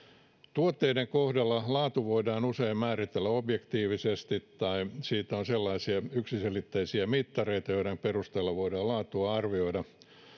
tuotteiden kohdalla laatu voidaan usein määritellä objektiivisesti tai niistä on sellaisia yksiselitteisiä mittareita joiden perusteella voidaan laatua arvioida